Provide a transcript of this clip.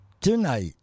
Tonight